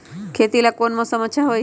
खेती ला कौन मौसम अच्छा होई?